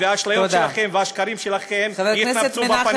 והאשליות שלכם והשקרים שלכם יתנפצו בפנים שלכם.